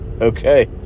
okay